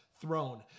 throne